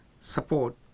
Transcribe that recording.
support